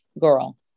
girl